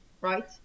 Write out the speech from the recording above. right